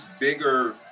bigger